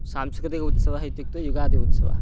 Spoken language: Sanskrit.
सांस्कृतिकः उत्सवः इत्युक्ते उगादि उत्सवः